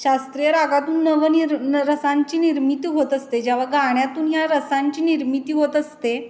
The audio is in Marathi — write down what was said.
शास्त्रीय रागातून नव निर्न रसांची निर्मिती होत असते जेव्हा गाण्यातून या रसांची निर्मिती होत असते